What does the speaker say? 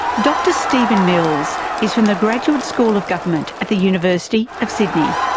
dr stephen mills is from the graduate school of government at the university of sydney.